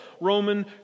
Roman